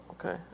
Okay